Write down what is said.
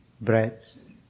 breaths